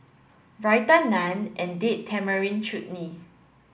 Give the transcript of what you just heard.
Raita Naan and Date Tamarind Chutney